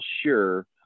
sure